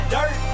Dirt